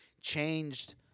changed